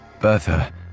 Bertha